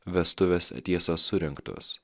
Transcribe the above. vestuvės tiesa surengtos